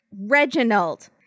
Reginald